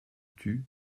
tut